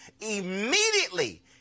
immediately